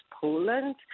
Poland